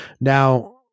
Now